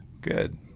good